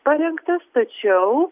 parengtas tačiau